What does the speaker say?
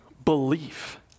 belief